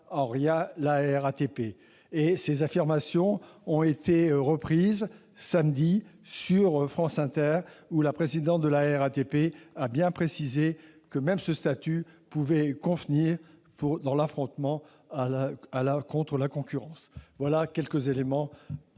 en rien la RATP. » Ces affirmations ont été reprises samedi, sur France Inter, où la présidente de la RATP a bien précisé que ce statut pouvait même convenir pour affronter la concurrence. Voilà quelques éléments